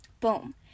Boom